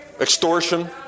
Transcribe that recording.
extortion